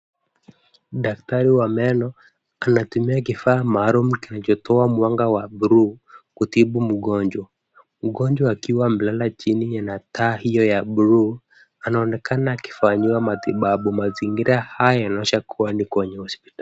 Daktari wa meno, anatumia kifaa maalum kinachotoa mwanga wa bluu kutibu mgonjwa. Mgonjwa akiwa amelala chini ya taa hiyo ya bluu, anaonekana akifanyiwa matibabu. Mazingira haya yanaonyesha kuwa ni kwenye hospitali.